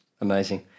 Amazing